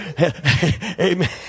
amen